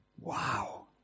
Wow